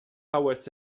powers